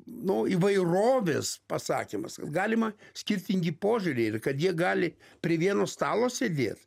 nu įvairovės pasakymas kad galima skirtingi požiūriai kad jie gali prie vieno stalo sėdėt